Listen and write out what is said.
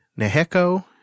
Neheko